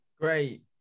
Great